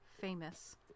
famous